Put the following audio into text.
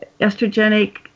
estrogenic